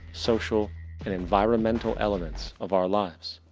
social and environmental elements of our lives?